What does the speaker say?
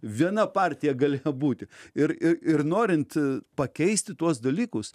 viena partija gali būti ir i ir norint pakeisti tuos dalykus